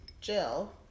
Jill